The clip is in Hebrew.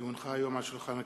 כי הונחה היום על שולחן הכנסת,